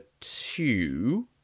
two